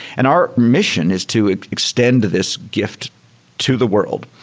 and our mission is to extend this gift to the world.